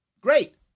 Great